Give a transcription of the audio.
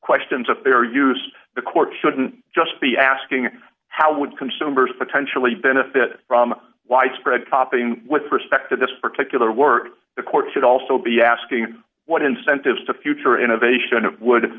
questions of fair use the court shouldn't just be asking how would consumers potentially benefit from widespread copying with respect to this particular work the court should also be asking what incentives to future innovation of would